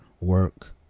work